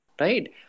right